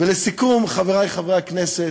ולסיכום, חברי חברי הכנסת,